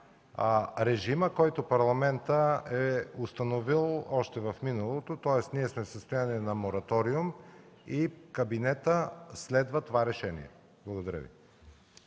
режима, който Парламентът е установил още в миналото. Тоест ние сме в състояние на мораториум. Кабинетът следва това решение. Благодаря.